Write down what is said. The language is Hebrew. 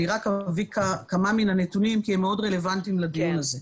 אני רק אביא כמה מן הנתונים כי הם מאוד רלוונטיים לדיון הזה.